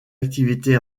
activité